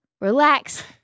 relax